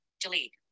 delete